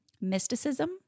mysticism